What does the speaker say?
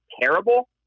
terrible